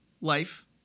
life